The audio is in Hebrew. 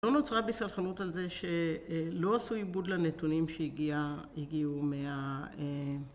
לא נוצרה בי סלחנות על זה שלא עשו עיבוד לנתונים שהגיע הגיעו מה...